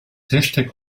hashtag